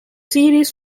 series